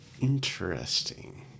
Interesting